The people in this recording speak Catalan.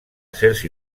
acers